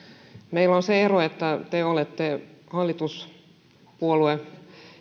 meillä on se ero että te olette hallituspuolueen